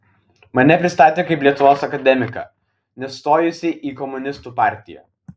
mane pristatė kaip lietuvos akademiką nestojusį į komunistų partiją